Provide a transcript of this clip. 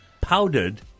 powdered